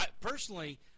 Personally